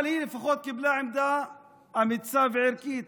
אבל היא לפחות קיבלה עמדה אמיצה וערכית,